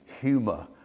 humour